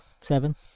Seven